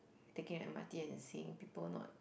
taking an M_R_T and seeing people not